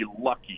lucky